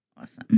Awesome